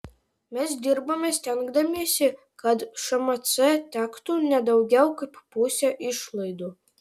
mes dirbame stengdamiesi kad šmc tektų ne daugiau kaip pusė išlaidų